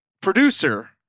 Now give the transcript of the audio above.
Producer